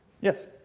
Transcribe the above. Yes